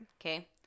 Okay